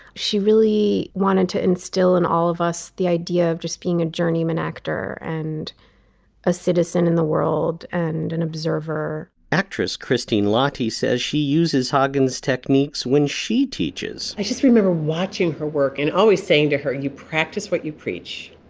she really wanted to instill in all of us the idea of just being a journeyman actor and a citizen in the world and an observer actress christine lahti says she uses huggins techniques when she teaches i just remember watching her work and always saying to her you practice what you preach.